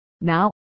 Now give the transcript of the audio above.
Now